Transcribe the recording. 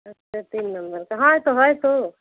अच्छा तीन नम्बर का हाँ तो है तो